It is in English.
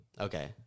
Okay